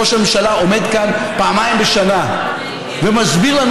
ראש הממשלה עומד כאן פעמיים בשנה ומסביר לנו